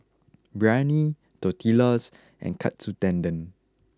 Biryani Tortillas and Katsu Tendon